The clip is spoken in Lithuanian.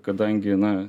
kadangi na